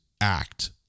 act